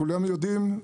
כולם יודעים,